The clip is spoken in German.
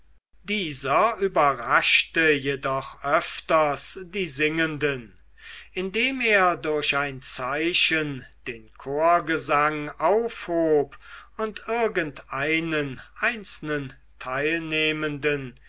dieser überraschte jedoch öfters die singenden indem er durch ein zeichen den chorgesang aufhob und irgendeinen einzelnen teilnehmenden